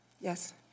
Yes